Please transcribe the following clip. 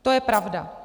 To je pravda.